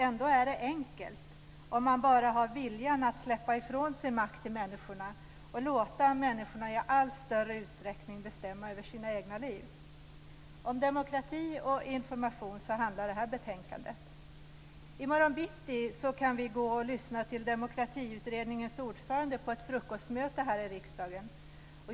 Ändå är det enkelt, om man bara har viljan att släppa ifrån sig makt till människorna och låta människorna i allt större utsträckning bestämma över sina egna liv. Om demokrati och information handlar det här betänkandet. I morgon bitti kan vi gå och lyssna till Demokratiutredningens ordförande på ett frukostmöte här i riksdagen.